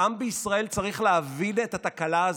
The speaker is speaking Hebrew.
העם בישראל צריך להבין את התקלה הזאת.